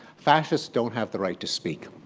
fascists don't have the right to speak.